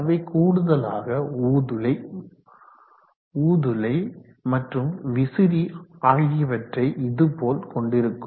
அவை கூடுதலாக ஊதுலை மற்றும் விசிறி ஆகியவற்றை இதுபோல் கொண்டிருக்கும்